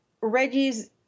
Reggie's